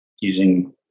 using